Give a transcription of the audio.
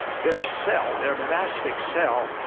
their cell, their monastic cell,